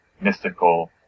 mystical